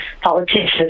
politicians